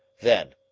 then,